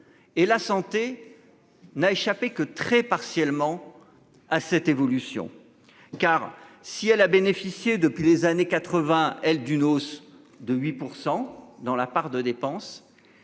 Et la santé. N'a échappé que très partiellement. À cette évolution. Car si elle a bénéficié depuis les années 80 elle d'une hausse de 8% dans la part de dépenses.